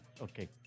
okay